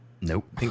Nope